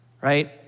right